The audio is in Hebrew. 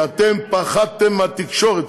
כי פחדתם מהתקשורת.